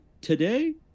Today